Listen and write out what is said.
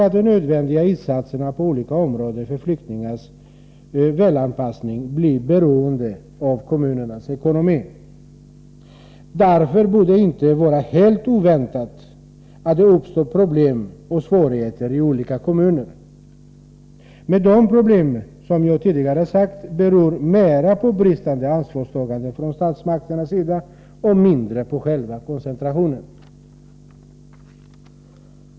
De nödvändiga insatserna på olika områden för flyktingars välanpassning blir beroende av kommunens ekonomi. Därför borde det inte vara helt oväntat att det uppstår problem och svårigheter i olika kommuner. Men de problemen beror, som jag tidigare sagt, mera på bristen på ansvarstagande från statsmakternas sida och mindre på själva koncentrationen.